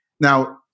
Now